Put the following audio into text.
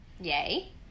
Yay